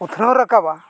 ᱩᱛᱱᱟᱹᱣ ᱨᱟᱠᱟᱵᱟ